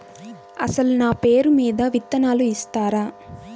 అసలు నా పేరు మీద విత్తనాలు ఇస్తారా?